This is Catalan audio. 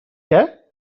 què